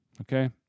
Okay